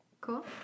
Cool